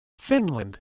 Finland